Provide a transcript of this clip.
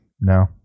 No